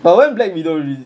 but when black widow release